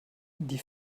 die